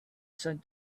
said